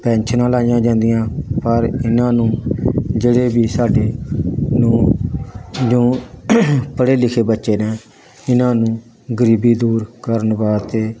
ਪੈਨਸ਼ਨਾਂ ਲਾਈਆਂ ਜਾਂਦੀਆਂ ਪਰ ਇਹਨਾਂ ਨੂੰ ਜਿਹੜੇ ਵੀ ਸਾਡੇ ਨੂੰ ਜੋ ਪੜ੍ਹੇ ਲਿਖੇ ਬੱਚੇ ਨੇ ਇਹਨਾਂ ਨੂੰ ਗਰੀਬੀ ਦੂਰ ਕਰਨ ਵਾਸਤੇ